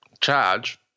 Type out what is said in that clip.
charge